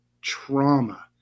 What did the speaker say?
trauma